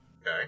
Okay